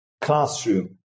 classroom